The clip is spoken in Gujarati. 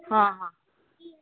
હં હં